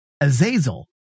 Azazel